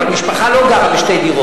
אבל המשפחה לא גרה בשתי דירות.